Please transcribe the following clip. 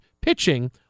pitching